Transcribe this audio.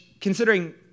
considering